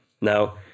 Now